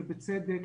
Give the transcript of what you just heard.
ובצדק,